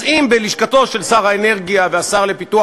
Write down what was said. אז אם בלשכתו של שר האנרגיה והשר לפיתוח